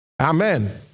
Amen